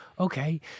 okay